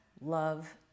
love